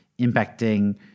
impacting